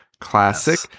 Classic